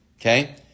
okay